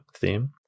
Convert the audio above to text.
theme